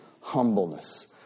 humbleness